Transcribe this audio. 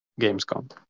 Gamescom